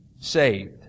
saved